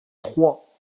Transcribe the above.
trois